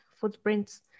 footprints